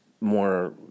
more